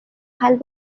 ভাল